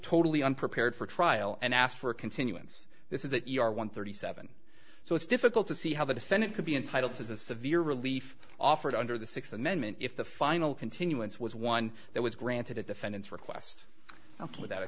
totally unprepared for trial and asked for a continuance this is that you are one thirty seven so it's difficult to see how the defendant could be entitled to the severe relief offered under the sixth amendment if the final continuance was one that was granted a defendant's request without a